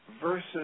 versus